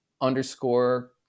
underscore